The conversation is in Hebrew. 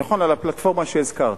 נכון, על הפלטפורמה שהזכרת,